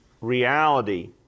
reality